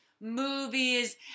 movies